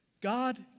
God